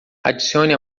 adicione